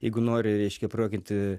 jeigu nori reiškia prajuokinti